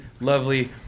lovely